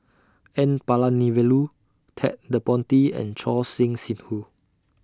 N Palanivelu Ted De Ponti and Choor Singh Sidhu